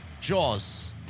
Jaws